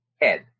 head